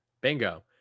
Bingo